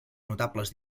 notables